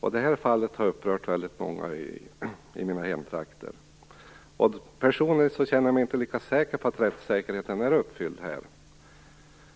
Det fall som jag har tagit upp har upprört många i mina hemtrakter. Personligen känner jag mig inte lika säker på att rättssäkerheten är uppfylld i detta ärende,